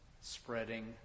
spreading